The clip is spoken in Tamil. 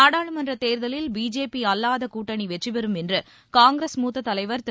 நாடாளுமன்றத் தேர்தலில் பிஜேபி அல்லாத கூட்டணி வெற்றிபெறும் என்று காங்கிரஸ் மூத்த தலைவர் திரு